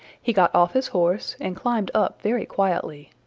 he got off his horse, and climbed up very quietly.